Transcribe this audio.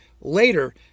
Later